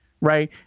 right